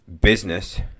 business